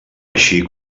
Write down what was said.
així